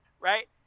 Right